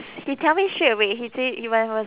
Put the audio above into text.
he tell me straight away he say he when I was